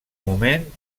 moment